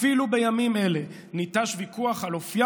אפילו בימים אלה ניטש ויכוח על אופיים